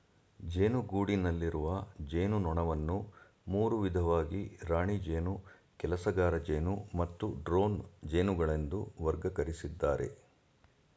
ಜೇನುಗೂಡಿನಲ್ಲಿರುವ ಜೇನುನೊಣವನ್ನು ಮೂರು ವಿಧವಾಗಿ ರಾಣಿ ಜೇನು ಕೆಲಸಗಾರಜೇನು ಮತ್ತು ಡ್ರೋನ್ ಜೇನುಗಳೆಂದು ವರ್ಗಕರಿಸಿದ್ದಾರೆ